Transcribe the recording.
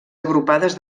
agrupades